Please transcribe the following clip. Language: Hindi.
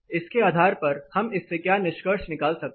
इस के आधार पर हम इससे क्या निष्कर्ष निकाल सकते हैं